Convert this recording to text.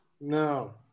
No